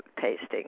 tasting